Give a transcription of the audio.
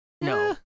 No